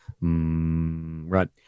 right